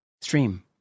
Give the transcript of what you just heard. stream